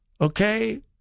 okay